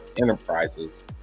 enterprises